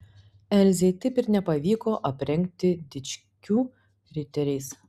elzei taip ir nepavyko aprengti dičkių riteriais